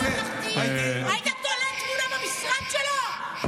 הייתי עושה --- היית תולה תמונה שלו במשרד?